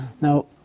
Now